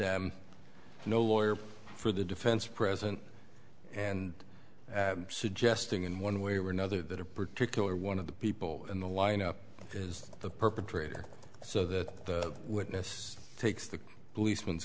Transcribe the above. and no lawyer for the defense present and suggesting in one way or another that a particular one of the people in the lineup is the perpetrator so that the witness takes the policem